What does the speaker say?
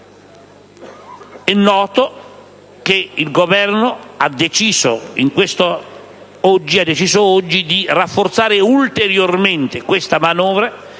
È noto che il Governo ha deciso oggi di rafforzare ulteriormente questa manovra,